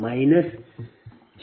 2174